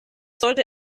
sollte